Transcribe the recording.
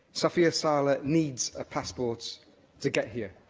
safia saleh needs a passport to get here,